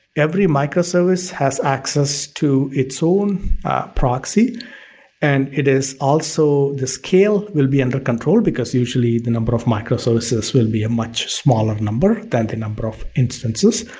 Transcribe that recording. every microservice has access to its own proxy and it is also the scale will be under control because, usually, the number of microservices will be a much smaller number, than the number of instances.